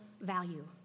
value